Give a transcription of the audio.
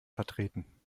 vertreten